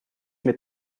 mit